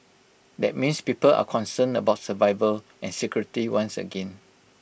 that means people are concerned about survival and security once again